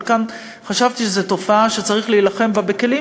אבל כאן חשבתי שזו תופעה שצריך להילחם בה בכלים